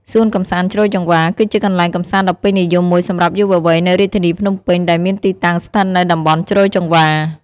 សួនកម្សាន្តជ្រោយចង្វារ គឺជាកន្លែងកម្សាន្តដ៏ពេញនិយមមួយសម្រាប់យុវវ័យនៅរាជធានីភ្នំពេញ ដែលមានទីតាំងស្ថិតនៅតំបន់ជ្រោយចង្វារ។